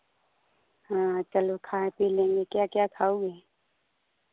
हाँ चलो खा पी लेंगे क्या क्या खाओगी